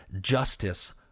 justice